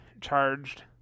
charged